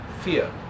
fear